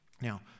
Now